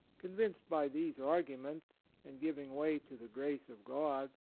convinced by these arguments, and giving way to the grace of god,